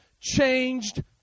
changed